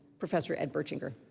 professor ed bertschinger.